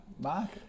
mark